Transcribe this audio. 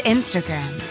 Instagram